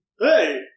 Hey